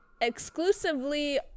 exclusively